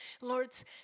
Lord's